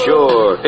Sure